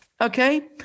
Okay